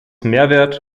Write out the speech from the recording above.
mehrwert